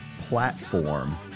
platform